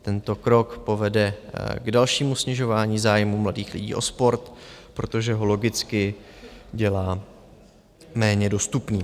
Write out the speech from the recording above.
Tento krok povede k dalšímu snižování zájmů mladých lidí o sport, protože ho logicky dělá méně dostupný.